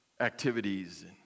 activities